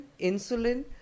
insulin